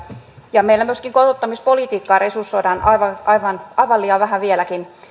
ja meillä myöskin kotouttamispolitiikkaa resursoidaan aivan aivan liian vähän vieläkin